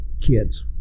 kids